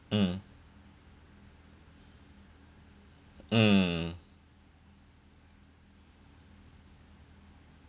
mm mm